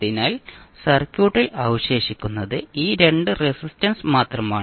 അതിനാൽ സർക്യൂട്ടിൽ അവശേഷിക്കുന്നത് ഈ 2 റെസിസ്റ്റൻസ് മാത്രമാണ്